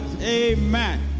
Amen